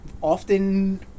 often